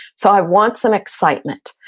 so i want some excitement.